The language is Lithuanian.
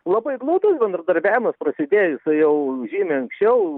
labai glaudus bendradarbiavimas prasidėjo jisai jau žymiai anksčiau